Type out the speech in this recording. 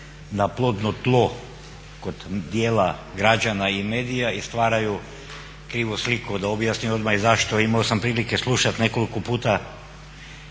na plodno tlo kod dijela građana i medija i stvaraju krivu sliku. Da objasnim odmah i zašto. Imao sam prilike slušati nekoliko puta